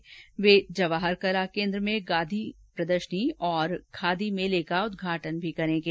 उसके बाद जवाहर कला केन्द्र में गांधी प्रदर्शनी और खादी मेले का उदघाटन करेंगे